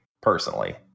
personally